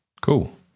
cool